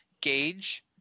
gauge